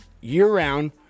year-round